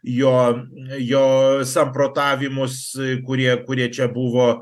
jo jo samprotavimus kurie kurie čia buvo